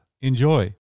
Enjoy